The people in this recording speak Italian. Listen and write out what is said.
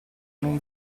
non